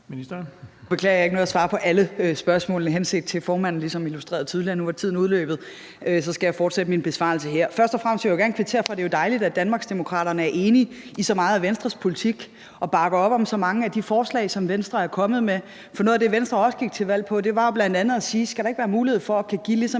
Jeg beklager, at jeg ikke nåede at svare på alle spørgsmålene, henset til at formanden ligesom illustrerede tydeligt, at nu var tiden udløbet, så jeg skal fortsætte min besvarelse her. Først og fremmest vil jeg gerne kvittere for, at det jo er dejligt, at Danmarksdemokraterne er enige i så meget af Venstres politik og bakker op om så mange af de forslag, som Venstre er kommet med. For noget af det, Venstre også gik til valg på, var bl.a. spørgsmålet: Skal der ikke være mulighed for at kunne give ligesom